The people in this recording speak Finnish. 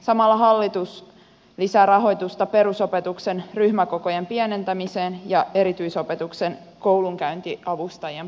samalla hallitus lisää rahoitusta perusopetuksen ryhmäkokojen pienentämiseen ja erityisopetuksen koulunkäyntiavustajien palkkaamiseen